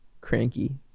Cranky